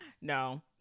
No